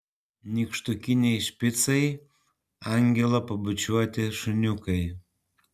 nykštukiniai špicai angelo pabučiuoti šuniukai